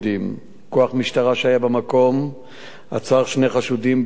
כוח משטרה שהיה במקום עצר שני חשודים בתקיפה,